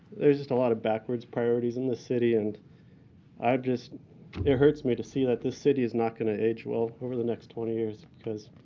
there's just a of backwards priorities in this city and i just it hurts me to see that the city is not going to age well over the next twenty years because